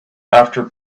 after